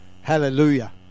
Hallelujah